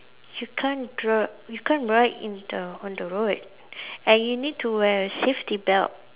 you can't dr~ you can't ride in the on the road and you need to wear a safety belt